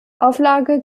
auflage